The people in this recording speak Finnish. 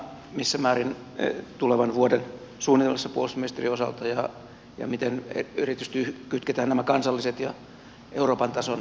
missä määrin tämä on tulevan vuoden suunnitelmissa puolustusministeriön osalta ja miten erityisesti kytketään nämä kansalliset ja euroopan tason kehityslinjat yhteen